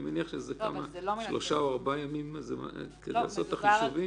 -- אני מניח שזה שלושה-ארבעה ימים לעשות את החישובים.